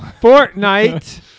Fortnite